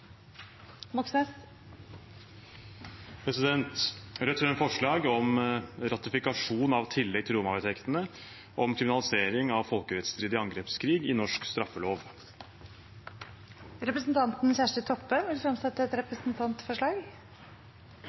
Moxnes vil fremsette et representantforslag. Rødt fremmer forslag om ratifikasjon av tillegg til Roma-vedtektene om kriminalisering av folkerettsstridig angrepskrig i norsk straffelov. Representanten Kjersti Toppe vil fremsette et representantforslag.